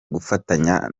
gufatanya